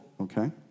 Okay